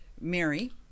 Mary